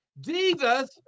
Jesus